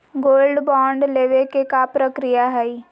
Gold bond लेवे के का प्रक्रिया हई?